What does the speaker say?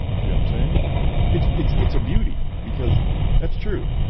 see i'm saying it's it's it's a beauty because that's true.